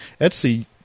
Etsy